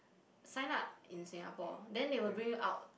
sign up in Singapore then they will bring you out